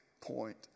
point